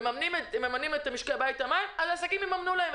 מטילים את מימון המים למשקי הבית על העסקים הקטנים.